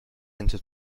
into